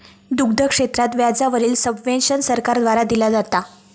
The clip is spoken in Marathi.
दुग्ध क्षेत्रात व्याजा वरील सब्वेंशन सरकार द्वारा दिला जाता